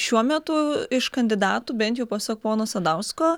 šiuo metu iš kandidatų bent jau pasak pono sadausko